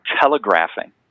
telegraphing